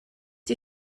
die